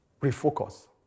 refocus